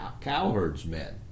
cowherdsmen